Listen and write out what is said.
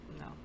no